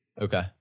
Okay